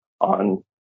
on